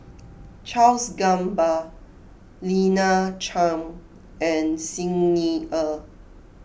Charles Gamba Lina Chiam and Xi Ni Er